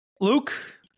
luke